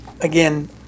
Again